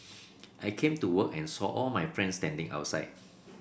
I came to work and saw all my friends standing outside